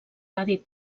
radi